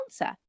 answer